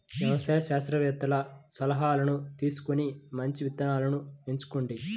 వ్యవసాయ శాస్త్రవేత్తల సలాహాను తీసుకొని మంచి విత్తనాలను ఎంచుకోండి